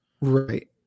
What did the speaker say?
Right